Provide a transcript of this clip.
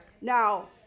Now